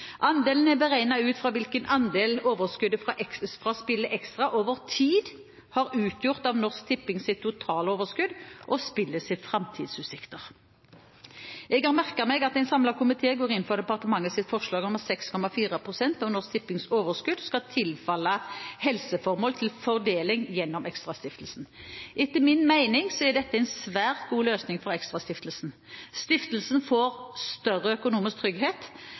Andelen er beregnet ut fra hvilken andel overskuddet fra spillet Extra over tid har utgjort av Norsk Tippings totale overskudd og spillets framtidsutsikter. Jeg har merket meg at en samlet komité går inn for departementets forslag om at 6,4 pst. av Norsk Tippings overskudd skal tilfalle helseformål til fordeling gjennom ExtraStiftelsen. Etter min mening er dette en svært god løsning for ExtraStiftelsen. Stiftelsen får større økonomisk trygghet.